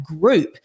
group